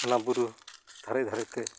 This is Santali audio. ᱚᱱᱟ ᱵᱩᱨᱩ ᱫᱷᱟᱨᱮ ᱫᱷᱟᱨᱮᱛᱮ